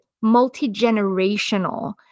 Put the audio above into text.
multi-generational